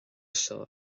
seo